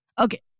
Okay